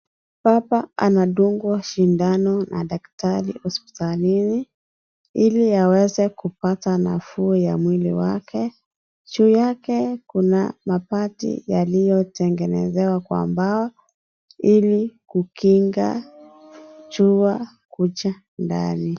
Baba anadungwa sindano na daktari hospitalini ili aweze kupata nafuu ya mwili wake, juu yake kuna mabati yaliyotengenezewa kqa mbao ili kukinga jua kukuja ndani.